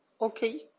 Okay